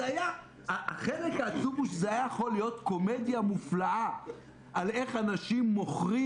החלק העצוב הוא שזה יכול היה להיות קומדיה מופלאה איך אנשים מוכרים